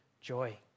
joy